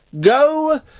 go